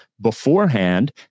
Beforehand